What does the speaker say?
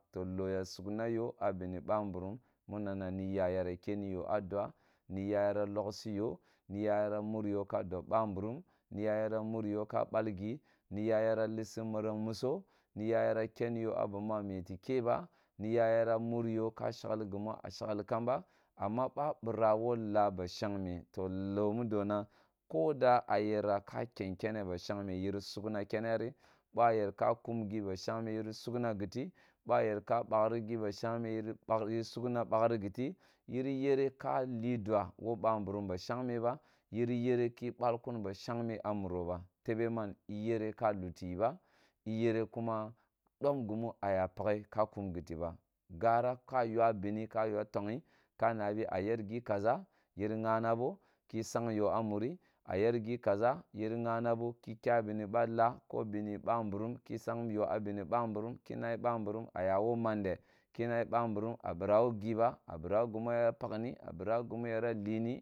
To ko ya sugna yo a bine ba mburum muna na niya yara keni yo a dwa niya yara logsi yo niya yara mur yo ka dib ba mburum niya yana mur yo ka balgi niya yara mur yo ka balgi, niya yara lissi mereng muso niya yara keni yo a bmi a mete ke ba nita yara muryo ka shegligimu a sheghi kamba amma ba bira woo laa ba shageme to loo mu dona koda a yera kaken kene ri bwo a yer ka kum gi ba shame yire ka kujm gi ba shagme yiri sugna giti bo a yer ka bagna gi ba shagm e yiri baghri yire sugna bagri gitiyiri yere ka li dua wo ba mburum ba shagme ba yiri yere ki bal kun ba shagme a muro ba tebe man iyere ka tuli yi ba iyere kuma dom gumu a ya pakhe ka kum giti ba gara ka yua bini ka yua togli ka nabi a yer gi kaʒa yiri ghan bo ki sang yo a muri a yer gi kaʒa yiri ghana bo yini kya bini ba laa ko bini ba mburum ki sang to abuni ba mbrurum ke navi bamvurum a bira wo gumu yara patej ni a bira wo guru yana lini